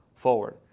forward